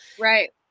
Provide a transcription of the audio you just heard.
Right